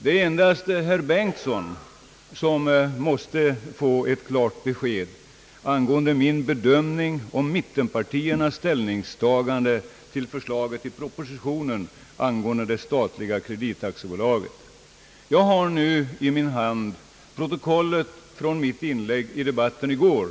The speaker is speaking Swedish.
Det är endast herr Bengtson, som måste få ett klart besked angående min bedömning av mittenpartiernas ställningstagande till förslaget i propositionen om det statliga kreditaktiebolaget. Jag har nu i min hand protokollet från mitt inlägg i debatten i går.